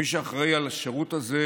ומי שאחראי לשירות הזה